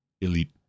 elite